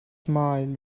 smile